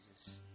Jesus